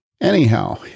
anyhow